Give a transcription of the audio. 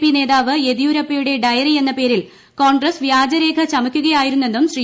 P നേതാവ് യെദിയൂരപ്പയുടെ ഡയറിയെന്ന പേരിൽ കോൺഗ്രസ് വ്യാജരേഖ ചമക്കുകയായിരുന്നെന്നും ശ്രീ